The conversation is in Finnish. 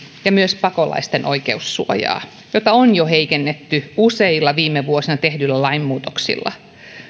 ja myös pakolaisten oikeussuojaa jota on jo heikennetty useilla viime vuosina tehdyillä lainmuutoksilla